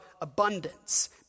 abundance